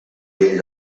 nivell